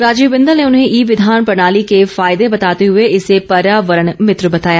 राजीव बिंदल ने उन्हें ई विधान प्रणाली के फायदे बताते हुए इसे पर्यावरण मित्र बताया